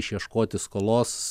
išieškoti skolos